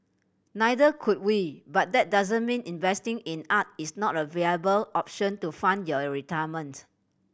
neither could we but that doesn't mean investing in art is not a viable option to fund your retirement